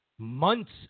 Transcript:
Months